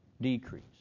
decrease